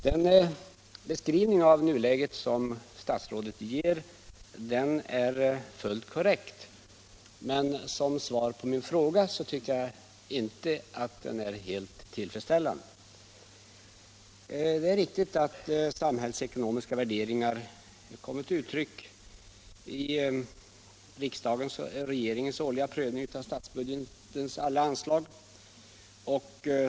Herr talman! Jag ber att få tacka kommunikationsministern för svaret på min fråga. Jag håller med om att det är ett stort och komplicerat problem som jag här tar upp. Därför var jag angelägen om att i första omgången genom en fråga anhängiggöra det för, som jag hoppas och tror, en fortsatt debatt. Den beskrivning av nuläget som statsrådet ger är fullt korrekt, men som svar på min fråga tycker jag inte att den är helt tillfredsställande. Det är riktigt att samhällsekonomiska värderingar kommer till uttryck i regeringens årliga prövning av statsbudgetens alla anslag.